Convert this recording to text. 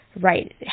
right